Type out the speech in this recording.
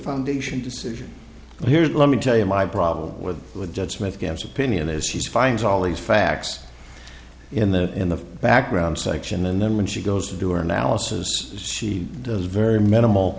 foundation decision but here's let me tell you my problem with good judgement against opinion is he finds all these facts in the in the background section and then when she goes to do or analysis she does very minimal